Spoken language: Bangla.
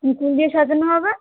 কী ফুল দিয়ে সাজানো হবে